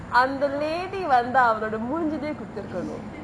அந்த:antha lady வந்து அவரோட மூஞ்சிலேயே குத்திருக்குனு:vanthu avarode moojileye kuttirukkunu